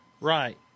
Right